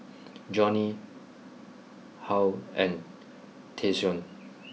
Jonnie Halle and Tayshaun